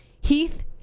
Heath